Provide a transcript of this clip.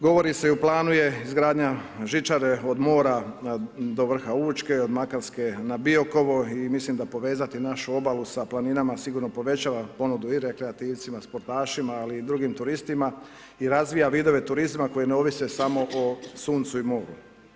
Govori se i u planu je izgradnja žičare od mora do vrha Učka i od Makarske na Biokovo i mislim da povezati našu obalu sa planinama sigurno povećava ponudu i rekreativcima, sportašima ali i drugim turistima i razvija vidove turizma koji ne ovise samo o suncu i moru.